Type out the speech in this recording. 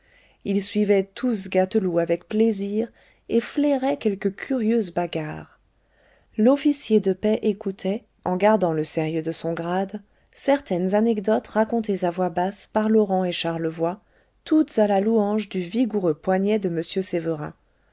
ils suivaient tous gâteloup avec plaisir et flairaient quelque curieuse bagarre l'officier de paix écoutait en gardant le sérieux de son grade certaines anecdotes racontées à voix basse par laurent et charlevoy toutes à la louange du vigoureux poignet de m sévérin